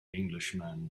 englishman